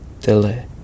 delay